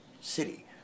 city